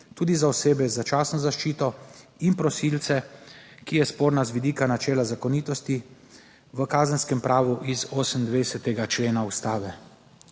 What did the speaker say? tudi za osebe z začasno zaščito in prosilce, ki je sporna z vidika načela zakonitosti v kazenskem pravu iz 28. člena Ustave.